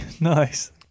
Nice